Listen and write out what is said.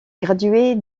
graduée